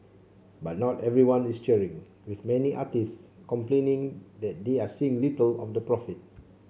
but not everyone is cheering with many artists complaining that they are seeing little of the profit